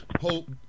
Hope